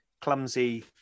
clumsy